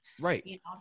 Right